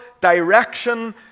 direction